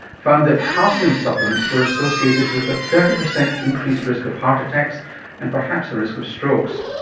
found that calcium supplements were associated with a thirty percent increased risk of heart attacks and perhaps a risk of strokes.